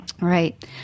Right